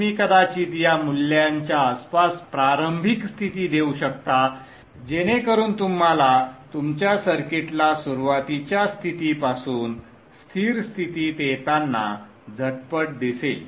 तुम्ही कदाचित या मूल्याच्या आसपास प्रारंभिक स्थिती देऊ शकता जेणेकरून तुम्हाला तुमच्या सर्किटला सुरुवातीच्या स्थितीपासून स्थिर स्थितीत येताना झटपट दिसेल